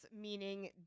meaning